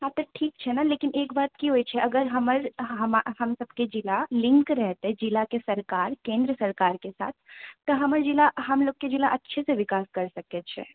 हँ तऽ ठीक छै ने लेकिन एक बात की होइ छै अगर हमर हम सबकेँ जिला लिङ्क रहतै जिलाके सरकार केन्द्र सरकारके साथ तऽ हमर जिला हमलोगके जिला अच्छे से विकास कर सकैत छै